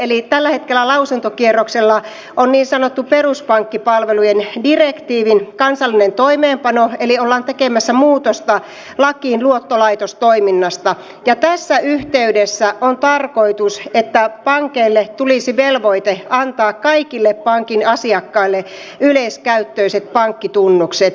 eli tällä hetkellä lausuntokierroksella on niin sanotun peruspankkipalvelujen direktiivin kansallinen toimeenpano eli ollaan tekemässä muutosta lakiin luottolaitostoiminnasta ja tässä yhteydessä on tarkoitus että pankeille tulisi velvoite antaa kaikille pankin asiakkaille yleiskäyttöiset pankkitunnukset